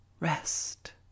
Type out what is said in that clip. rest